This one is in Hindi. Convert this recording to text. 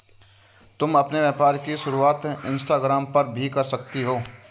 तुम अपने व्यापार की शुरुआत इंस्टाग्राम पर भी कर सकती हो